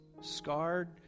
scarred